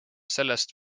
sellest